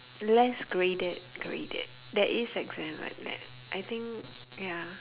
less graded graded there is exam like that I think ya